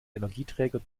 energieträger